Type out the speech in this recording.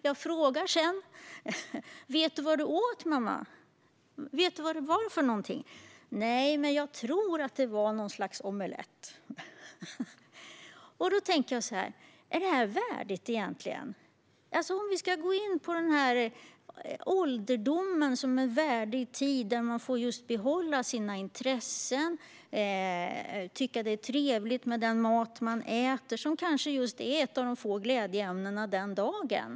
När jag sedan frågar mamma om hon vet vad det var hon åt svarar hon: "Nej, men jag tror att det var något slags omelett." Då tänker jag: Är detta värdigt? Ålderdomen ska vara en värdig tid, där man får behålla sina intressen och tycka att det är trevligt med den mat man äter, vilket kanske är ett av få glädjeämnen den dagen.